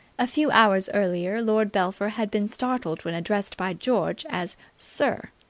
a few hours earlier lord belpher had been startled when addressed by george as sir.